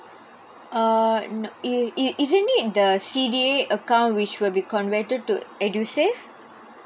uh no it is it means the C_D_A account which will be converted to edusave